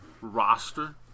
roster